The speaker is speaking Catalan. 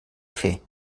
fer